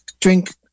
drink